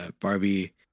Barbie